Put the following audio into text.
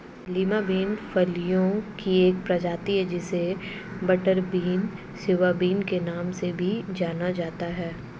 Lima bean फलियों की एक प्रजाति है जिसे बटरबीन, सिवा बिन के नाम से भी जाना जाता है